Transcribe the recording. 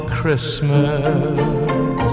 Christmas